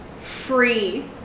free